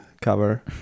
cover